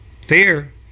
Fear